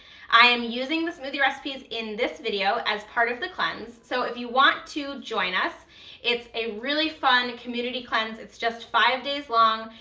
i am using the smoothie recipes in this video as part of the cleanse, so if you want to join us it's a really fun community cleanse, it's just five days long,